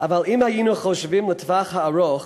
אבל אם היינו חושבים לטווח הארוך,